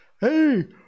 Hey